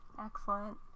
excellent